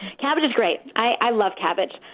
cabbage is great. i love cabbage.